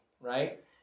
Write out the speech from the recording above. right